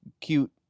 cute